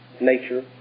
nature